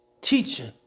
teaching